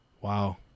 wow